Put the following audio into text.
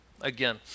Again